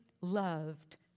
loved